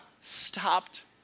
stopped